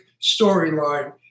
storyline